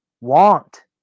want